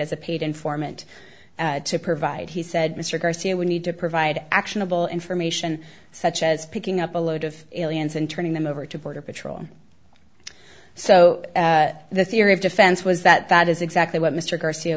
as a paid informant to provide he said mr garcia would need to provide actionable information such as picking up a load of aliens and turning them over to border patrol so the theory of defense was that that is exactly what mr garcia